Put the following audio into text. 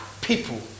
people